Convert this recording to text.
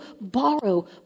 borrow